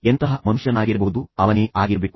ಎಂತಹ ಮನುಷ್ಯನಾಗಿರಬಹುದೋ ಅವನೇ ಆಗಿರಬೇಕು